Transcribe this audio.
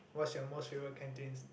what's your most favorite canteen